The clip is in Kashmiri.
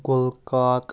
گُلہٕ کاک